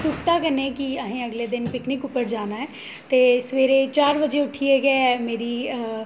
सुफ्ता कन्नै कि असें अगले दिन पिकनिक उप्पर जाना ऐ ते सवेरे चार बजे गै उट्ठियै मेरी अऽ